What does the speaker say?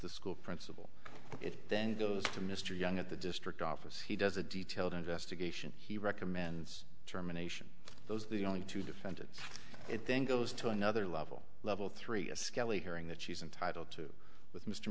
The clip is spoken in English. the school principal it then goes to mr young at the district office he does a detailed investigation he recommends determination those the only two defendants it then goes to another level level three a skelly hearing that she's entitled to with mr